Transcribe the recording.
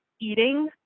eating